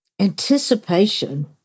anticipation